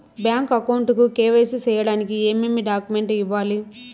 Bank account కు KYC సేయడానికి ఏమేమి డాక్యుమెంట్ ఇవ్వాలి?